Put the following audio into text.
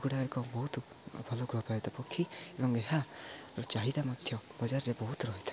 ଏଗୁଡ଼ା ଏକ ବହୁତ ଭଲ ଗୃହପାଳିତ ପକ୍ଷୀ ଏବଂ ଏହା ଚାହିଦା ମଧ୍ୟ ବଜାରରେ ବହୁତ ରହିଥାଏ